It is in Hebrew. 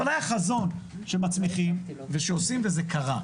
אבל היה חזון שמצמיחים ושעושים, וזה קרה.